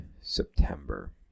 September